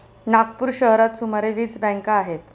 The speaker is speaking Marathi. नागपूर शहरात सुमारे वीस बँका आहेत